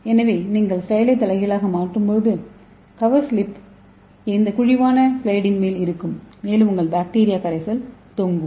எனவே ஸ்லைடைத் தலைகீழாக மாற்றும்போது கவர் ஸ்லிப் இந்த குழிவான ஸ்லைடின் மேல் இருக்கும் மேலும் உங்கள் பாக்டீரியா கரைசல் தொங்கும்